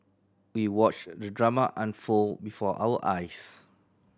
we watched the drama unfold before our eyes